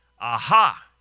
Aha